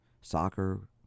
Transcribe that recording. soccer